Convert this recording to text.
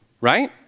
right